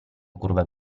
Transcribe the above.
curva